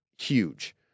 huge